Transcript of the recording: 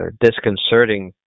disconcerting